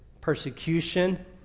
persecution